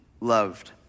loved